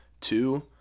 two